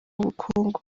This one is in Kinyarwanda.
ubukungu